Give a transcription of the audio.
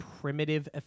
primitive